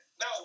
no